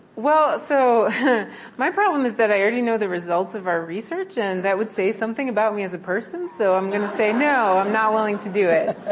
well, so my problem is that i already know the results of our research. and that would say something about me as a person, so i'm going to say no, i'm not willing to do it